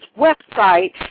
website